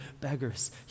beggars